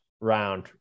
round